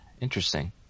Interesting